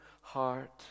heart